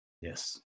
Yes